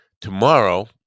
tomorrow